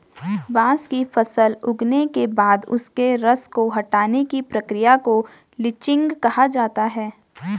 बांस की फसल उगने के बाद उसके रस को हटाने की प्रक्रिया को लीचिंग कहा जाता है